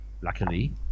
luckily